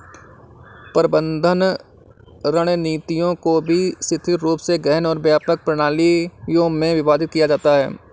प्रबंधन रणनीतियों को भी शिथिल रूप से गहन और व्यापक प्रणालियों में विभाजित किया जाता है